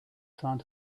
trying